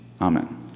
Amen